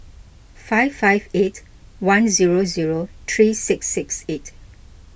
five five eight one zero zero three six six eight